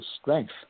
strength